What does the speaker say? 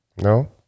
No